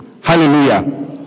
Hallelujah